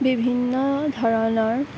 বিভিন্ন ধৰণৰ